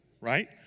right